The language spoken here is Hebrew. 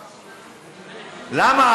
למה,